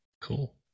cool